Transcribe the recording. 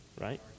right